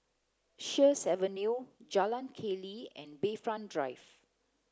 Sheares Avenue Jalan Keli and Bayfront Drive